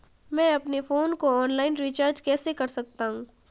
मैं अपने फोन को ऑनलाइन रीचार्ज कैसे कर सकता हूं?